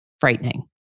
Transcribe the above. frightening